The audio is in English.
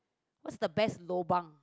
what's the best lobang